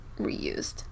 reused